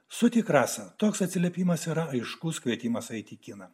su tik rasa toks atsiliepimas yra aiškus kvietimas eiti į kiną